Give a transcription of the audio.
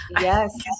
yes